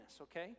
okay